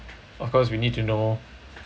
of course we need to know